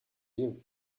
you